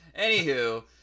Anywho